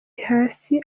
hasi